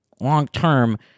long-term